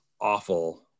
awful